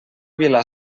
vila